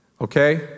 okay